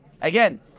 Again